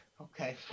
Okay